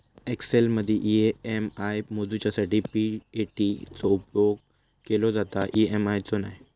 एक्सेलमदी ई.एम.आय मोजूच्यासाठी पी.ए.टी चो उपेग केलो जाता, ई.एम.आय चो नाय